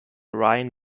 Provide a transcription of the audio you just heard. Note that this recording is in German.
ryan